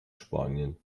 spanien